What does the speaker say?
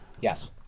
Yes